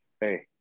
hey